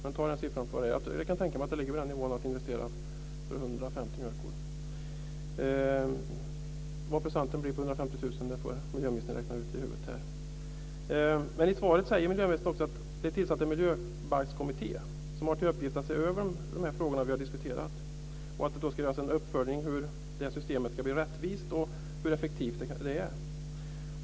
Jag kan tänka mig att det ligger på den nivån att investera i för 150 mjölkkor. Vad procenten bli på 150 000 kr får miljöministern räkna ut i huvudet. I svaret säger miljöministern att man har tillsatt en miljöbalkskommitté som har till uppgift att se över de frågor som vi har diskuterat. Det ska göras en uppföljning av hur rättvist och hur effektivt systemet är.